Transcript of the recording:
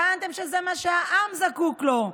טענתם שזה מה שהעם זקוק לו,